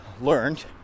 learned